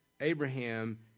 Abraham